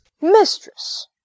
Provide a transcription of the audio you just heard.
Mistress